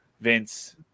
Vince